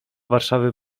warszawy